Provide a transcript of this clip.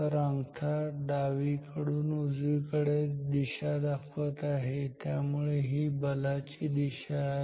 तर अंगठा डावीकडून उजवीकडे दिशा दाखवत आहे त्यामुळेही बलाची दिशा आहे